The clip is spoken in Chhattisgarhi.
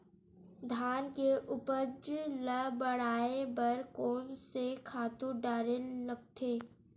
धान के उपज ल बढ़ाये बर कोन से खातु डारेल लगथे?